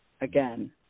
again